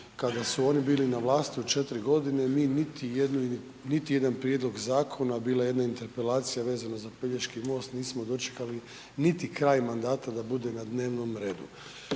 kada su oni bili na vlasti u 4 godine, mi niti jedan prijedlog zakona, bila je jedna interpelacija vezano za Pelješki most nismo dočekali niti kraj mandata da bude na dnevnom redu.